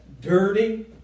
dirty